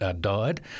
died